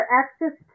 access